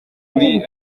kuri